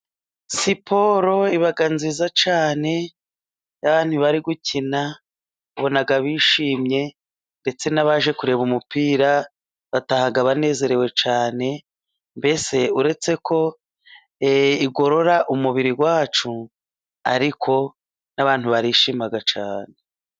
Siporo iba nziza cyane, iyo bari gukina, ubona bishimye, ndetse n'abaje kureba umupira, bataha banezerewe cyane, mbese uretse ko igorora umubiri wacu, ariko n'abantu barishima cyane.